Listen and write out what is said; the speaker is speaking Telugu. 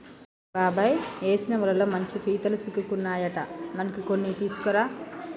బాబాయ్ ఏసిన వలతో మంచి పీతలు సిక్కుకున్నాయట మనకి కొన్ని తీసుకురా